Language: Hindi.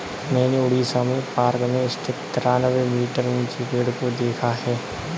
मैंने उड़ीसा में पार्क में स्थित तिरानवे मीटर ऊंचे पेड़ को देखा है